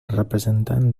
representant